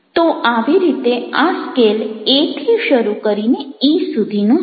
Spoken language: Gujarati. તો આવી રીતે આ સ્કેલ A થી શરૂ કરીને E સુધીનો છે